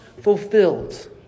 fulfilled